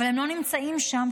אבל הם לא נמצאים שם,